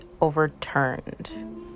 overturned